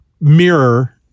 mirror